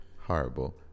horrible